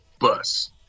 bus